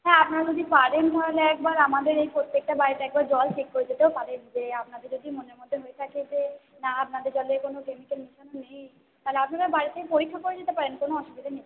হ্যাঁ আপনারা যদি পারেন তাহলে একবার আমাদের এই প্রত্যেকটা বাড়িতে একবার জল চেক করে যেতেও পারেন যে আপনাদের যদি মনের মধ্যে হয়ে থাকে যে না আপনাদের জলে কোনো কেমিকেল মেশানো নেই তাহলে আপনারা বাড়িতে পরীক্ষা করে যেতে পারেন কোনো অসুবিধা নেই